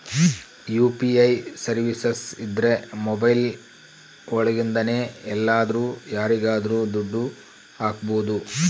UPI services ಇದ್ರ mobile ಒಳಗಿಂದನೆ ಎಲ್ಲಾದ್ರೂ ಯಾರಿಗಾದ್ರೂ ದುಡ್ಡು ಹಕ್ಬೋದು